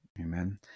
Amen